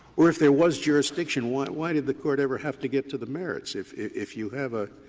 or if there was jurisdiction, why why did the court ever have to get to the merits? if if you have a,